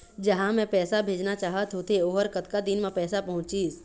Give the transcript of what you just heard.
जहां मैं पैसा भेजना चाहत होथे ओहर कतका दिन मा पैसा पहुंचिस?